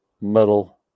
metal